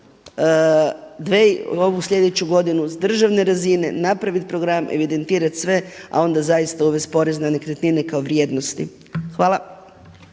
Ovu sljedeću godinu s državne razine napraviti program, evidentirati sve, a onda zaista uvesti porez na nekretnine kao vrijednosti. Hvala.